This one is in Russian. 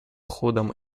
ходом